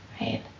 right